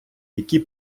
які